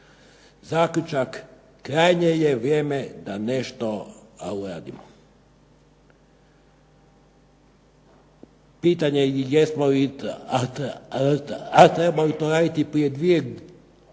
Zaključak krajnje je vrijeme da nešto uradimo. Pitanje je jesmo li trebali to raditi prije dvije godine,